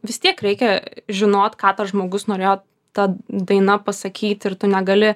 vis tiek reikia žinot ką tas žmogus norėjo ta daina pasakyt ir tu negali